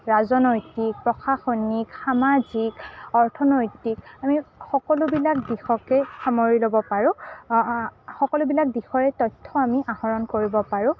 ৰাজনৈতিক প্ৰশাসনিক সামাজিক অৰ্থনৈতিক আমি সকলোবিলাক দিশকেই সামৰি ল'ব পাৰোঁ সকলোবিলাক দিশৰে তথ্য আমি আহৰণ কৰিব পাৰোঁ